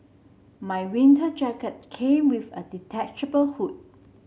my winter jacket came with a detachable hood